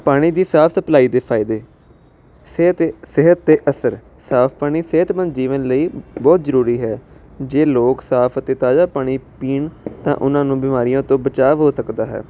ਪਾਣੀ ਦੀ ਸਾਫ਼ ਸਪਲਾਈ ਦੇ ਫ਼ਾਇਦੇ ਸਿਹਤ ਤੇ ਸਿਹਤ 'ਤੇ ਅਸਰ ਸਾਫ਼ ਪਾਣੀ ਸਿਹਤਮੰਦ ਜੀਵਨ ਲਈ ਬਹੁਤ ਜ਼ਰੂਰੀ ਹੈ ਜੇ ਲੋਕ ਸਾਫ਼ ਅਤੇ ਤਾਜ਼ਾ ਪਾਣੀ ਪੀਣ ਤਾਂ ਉਹਨਾਂ ਨੂੰ ਬਿਮਾਰੀਆਂ ਤੋਂ ਬਚਾ ਹੋ ਸਕਦਾ ਹੈ